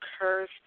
curse